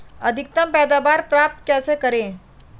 अधिकतम पैदावार प्राप्त कैसे करें?